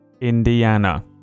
Indiana